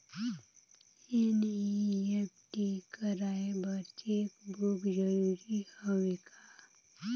NEFT कराय बर cheque book जरूरी हवय का?